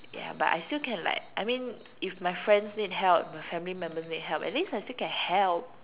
ya but I still can like I mean if my friends need help my family members need help at least I still can help